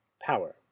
Power